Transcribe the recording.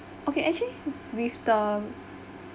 okay actually with the